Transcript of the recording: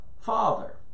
Father